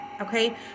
Okay